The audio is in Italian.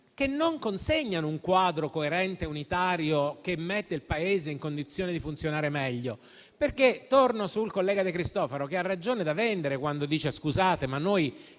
che non consegnano un quadro coerente e unitario che mette il Paese in condizione di funzionare meglio. Torno infatti al collega De Cristofaro, che ha ragione da vendere, quando chiede come mettiamo